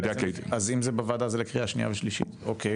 אז אם זה בוועדה זה לקריאה שנייה ושלישית, אוקיי